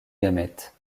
gamètes